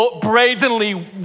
brazenly